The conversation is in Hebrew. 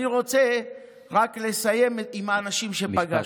אני רוצה רק לסיים עם האנשים שפגשנו.